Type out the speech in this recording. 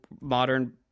modern